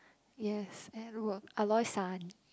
yes at work Aloy san